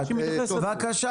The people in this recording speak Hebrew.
בבקשה,